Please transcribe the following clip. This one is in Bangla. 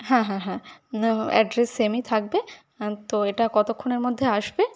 হ্যাঁ হ্যাঁ হ্যাঁ না অ্যাড্রেস সেমই থাকবে তো এটা কতক্ষণের মধ্যে আসবে